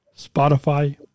Spotify